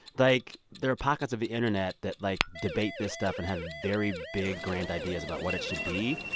like, there are pockets of the internet that, like, debate this stuff and have very big, grand ideas about what it should be.